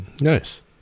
nice